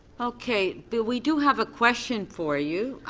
okay. but we do have a question for you?